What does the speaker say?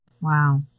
wow